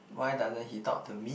why doesn't he talk to me